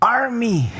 army